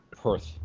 Perth